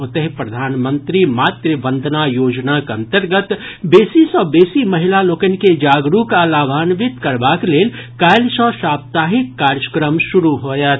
ओतहि प्रधानमंत्री मातृ वंदना योजनाक अंतर्गत बेसी सँ बेसी महिला लोकनि के जागरूक आ लाभांवित करबाक लेल काल्हि सँ साप्ताहिक कार्यक्रम शुरू होयत